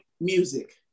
music